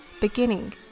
beginning